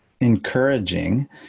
encouraging